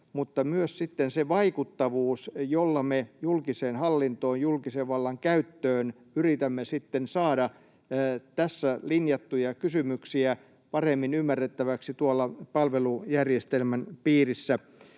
mutta myös se vaikuttavuus, jolla me julkisen hallinnon ja julkisen vallan käytön osalta yritämme saada tässä linjattuja kysymyksiä paremmin ymmärrettäviksi tuolla palvelujärjestelmän piirissä.